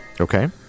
Okay